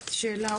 שאלה,